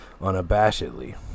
unabashedly